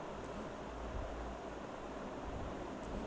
मक्कई के बिया क़हवा मिली?